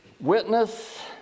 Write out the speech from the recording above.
Witness